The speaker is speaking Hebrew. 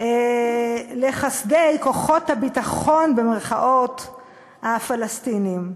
לחסדי "כוחות הביטחון" הפלסטיניים.